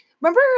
Remember